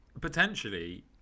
potentially